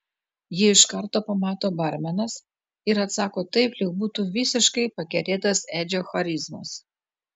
jį iš karto pamato barmenas ir atsako taip lyg būtų visiškai pakerėtas edžio charizmos